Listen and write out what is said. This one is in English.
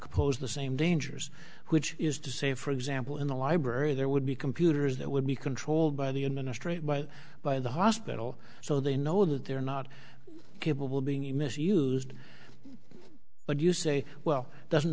pose the same dangers which is to say for example in the library there would be computers that would be controlled by the administration by the hospital so they know that they're not capable of being a misused but you say well doesn't